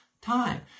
time